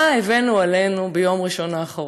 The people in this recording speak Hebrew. מה הבאנו עלינו ביום ראשון האחרון?